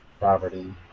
poverty